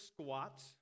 squats